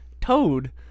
Toad